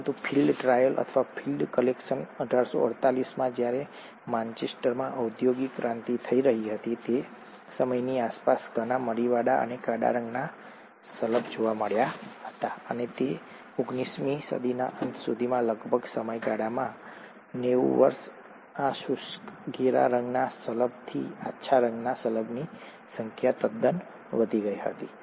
પરંતુ field trial અથવા field collection 1848 માં જ્યારે માન્ચેસ્ટરમાં ઔદ્યોગિક ક્રાંતિ થઈ રહી હતી તે સમયની આસપાસ ઘણા મરીવાળા અને કાળા રંગના શલભ જોવા મળ્યા હતા અને તે ઓગણીસમી સદીના અંત સુધીમાં લગભગ સમયગાળામાં નેવું વર્ષ આ શુષ્ક ઘેરા રંગના શલભથી આછા રંગના શલભની સંખ્યા તદ્દન વધી ગઈ હતી